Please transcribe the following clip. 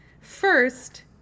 first